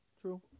True